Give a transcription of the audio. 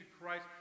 Christ